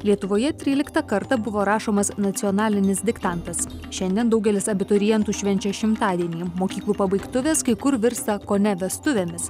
lietuvoje tryliktą kartą buvo rašomas nacionalinis diktantas šiandien daugelis abiturientų švenčia šimtadienį mokyklų pabaigtuvės kai kur virsta kone vestuvėmis